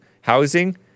housing